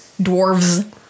dwarves